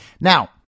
Now